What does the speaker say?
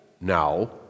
now